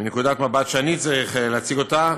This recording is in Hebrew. מנקודת המבט שאני צריך להציג אותה.